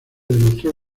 demostró